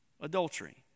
Adultery